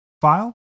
file